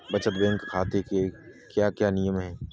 बचत बैंक खाते के क्या क्या नियम हैं?